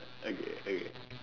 okay okay